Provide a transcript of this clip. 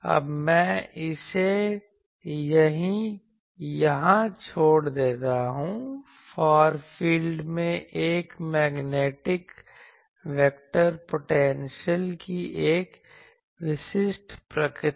अब मैं इसे यहाँ छोड़ देता हूं फार फील्ड में एक मैग्नेटिक वेक्टर पोटेंशियल की एक विशिष्ट प्रकृति